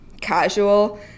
casual